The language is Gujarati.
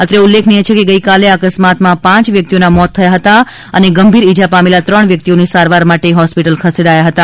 અત્રે ઉલ્લેખનીય છે કે ગઇકાલે આ અકસ્માતમાં માંચ વ્યક્તિઓના મોત થયા હતા અને ગંભીર ઇજા ામેલા ત્રણ વ્યક્તિઓને સારવાર માટે હોસિ ટલ ખસેડાયા હતા